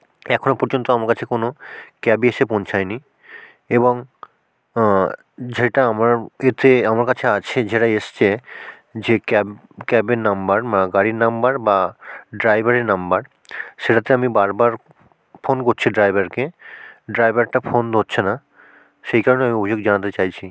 এখনো পর্যন্ত আমার কাছে কোনো ক্যাবই এসে পৌঁছায়নি এবং যেটা আমার এতে আমার কাছে আছে যেটা এসেছে যে ক্যাব ক্যাবের নাম্বার গাড়ির নাম্বার বা ড্রাইভারের নাম্বার সেটাতে আমি বারবার ফোন করছি ড্রাইভারকে ড্রাইভারটা ফোন ধরছে না সেই কারণে আমি অভিযোগ জানাতে চাইছি